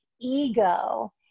ego